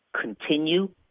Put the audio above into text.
continue